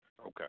Okay